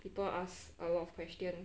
people ask a lot of questions